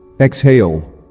Exhale